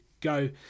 go